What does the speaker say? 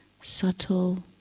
subtle